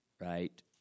right